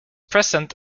present